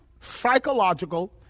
psychological